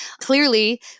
Clearly